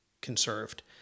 conserved